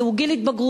זהו גיל התבגרות,